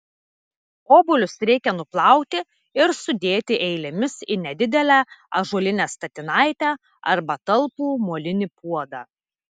obuolius reikia nuplauti ir sudėti eilėmis į nedidelę ąžuolinę statinaitę arba talpų molinį puodą